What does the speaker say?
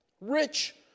Rich